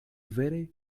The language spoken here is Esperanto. vere